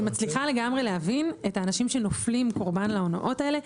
אני מצליחה לגמרי להבין את האנשים שנופלים קורבן להונאות האלה.